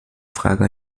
frage